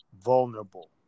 vulnerable